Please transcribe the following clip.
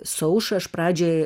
su aušra aš pradžioj